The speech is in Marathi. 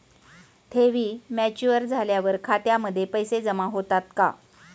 ठेवी मॅच्युअर झाल्यावर खात्यामध्ये पैसे जमा होतात का?